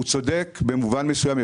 הוא צודק במובן מסוים.